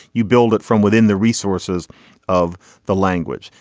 you build it from within the resources of the language.